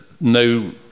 no